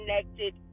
connected